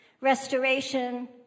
restoration